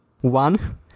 One